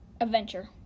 Adventure